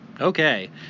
okay